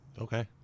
Okay